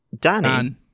Danny